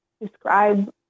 describe